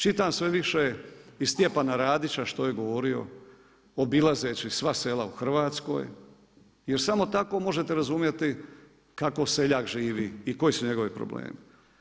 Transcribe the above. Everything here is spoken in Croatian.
Čitam sve više i Stjepana Radića što je govorio obilazeći sva sela u Hrvatskoj jer samo tako možete razumjeti kako seljak živi i koji su njegovi problemi.